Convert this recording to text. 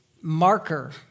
marker